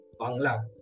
Bangla